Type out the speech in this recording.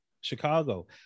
Chicago